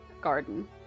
garden